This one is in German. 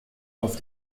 auf